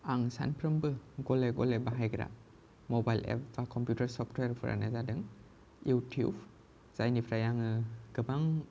आं सानफ्रोमबो गले गले बाहायग्रा मबाइल एप कम्पिउटार सप्टवेरफोरानो जादों इउटुब जायनिफ्राय आङो गोबां